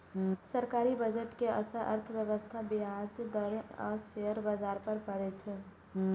सरकारी बजट के असर अर्थव्यवस्था, ब्याज दर आ शेयर बाजार पर पड़ै छै